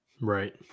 Right